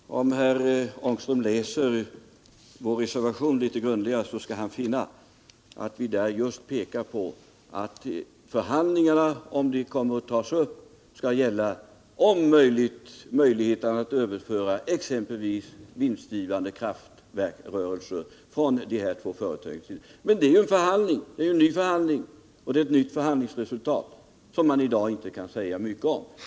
Herr talman! Om herr Ångström läser vår reservation litet grundligare skall han finna att vi där just pekar på att förhandlingarna, om de kommer att tas upp, skall gälla möjligheterna att överföra exempelvis vinstgivande kraftverksrörelser från de här två företagen. Det skulle vara en ny förhandling och ett nytt förhandlingsresultat, som man i dag inte kan säga mycket om.